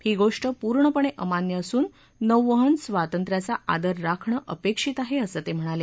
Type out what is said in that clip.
ही गोष्ट पूर्णपणे अमान्य असून नौवहन स्वातंत्र्याचा आदर राखणं अपेक्षित आहे असं ते म्हणाले